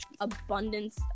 abundance